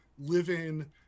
living